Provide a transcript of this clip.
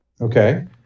Okay